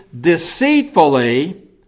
deceitfully